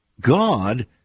God